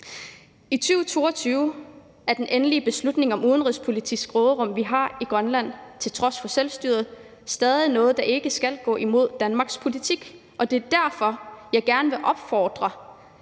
I 2022 er den endelige beslutning om udenrigspolitisk råderum, vi har i Grønland, til trods for selvstyret stadig noget, der ikke skal gå imod Danmarks politik, og det er derfor, jeg gerne vil opfordre